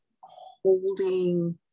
holding